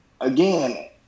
again